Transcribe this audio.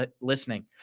listening